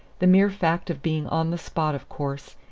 the mere fact of being on the spot, of course,